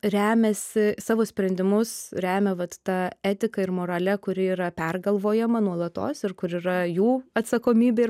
remiasi savo sprendimus remia vat ta etika ir morale kuri yra pergalvojama nuolatos ir kur yra jų atsakomybė